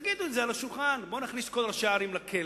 תשימו את זה על השולחן: בואו נכניס את כל ראשי הערים לכלא,